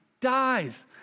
dies